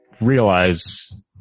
realize